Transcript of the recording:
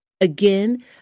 again